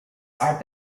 are